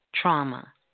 Trauma